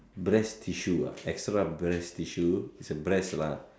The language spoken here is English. breast tissue uh extra breast tissue it's a breast lah